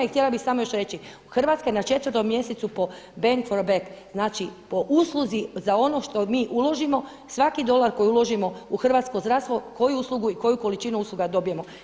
I htjela bih samo još reći, Hrvatska je na četvrtom mjestu po … [[Govornica se ne razumije.]] znači po usluzi za ono što mi uložimo svaki dolar koji uložimo u hrvatsko zdravstvo, koju uslugu i koju količinu usluga dobijemo.